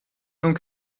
nun